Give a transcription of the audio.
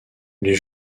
les